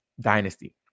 dynasty